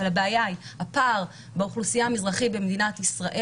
והבעיה היא הפער באוכלוסייה המזרחית במדינת ישראל.